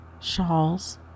shawls